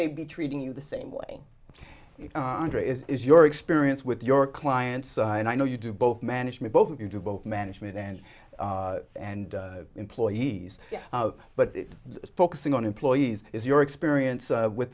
they be treating you the same way andrea is your experience with your clients and i know you do both management both of you do both management and and employees but is focusing on employees is your experience with